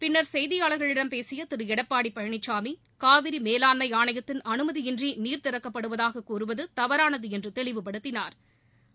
பின்னர் செய்தியாளர்களிடம் பேசிய திரு எடப்பாடி பழனிசாமி காவிரி மேலாண்மை ஆணையத்தின் அனுமதியின்றி நீா் திறக்கப்படுவதாக கூறுவது தவறானது என்று தெளிவுப்படுத்தினாா்